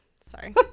sorry